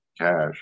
cash